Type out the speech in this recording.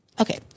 okay